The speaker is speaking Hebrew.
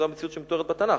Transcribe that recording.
זאת המציאות שמתוארת בתנ"ך,